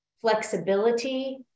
flexibility